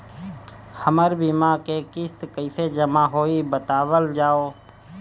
हमर बीमा के किस्त कइसे जमा होई बतावल जाओ?